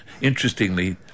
interestingly